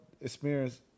experience